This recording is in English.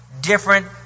different